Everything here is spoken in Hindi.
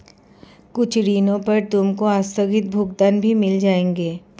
कुछ ऋणों पर तुमको आस्थगित भुगतान भी मिल जाएंगे